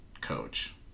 coach